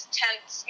tense